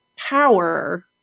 power